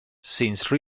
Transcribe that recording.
since